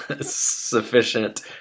sufficient